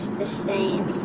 the same